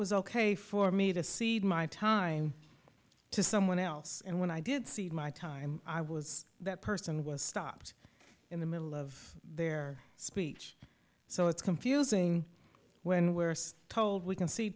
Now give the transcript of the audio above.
was ok for me to cede my time to someone else and when i did see it my time i was that person was stopped in the middle of their speech so it's confusing when we're told we can see